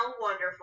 wonderful